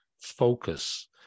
focus